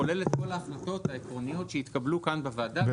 כולל את כל ההחלטות העקרוניות שהתקבלו כאן בוועדה,